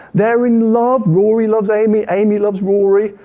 they're in love, rory loves amy, amy loves rory.